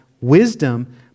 wisdom